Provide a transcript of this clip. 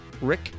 Rick